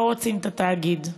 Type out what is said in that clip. לא רוצים את התאגיד.